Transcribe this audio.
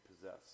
possess